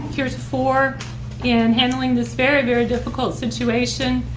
here's for in handling this very, very difficult situation.